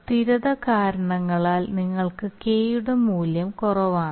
സ്ഥിരത കാരണങ്ങളാൽ നിങ്ങൾക്ക് K യുടെ മൂല്യം കുറവാണ്